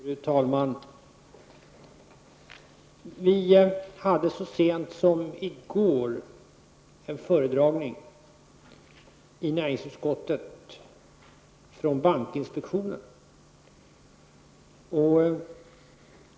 Fru talman! Vi hade så sent som i går en föredragning i näringsutskottet från bankinspektionen.